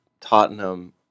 Tottenham